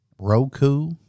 Roku